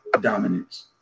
dominance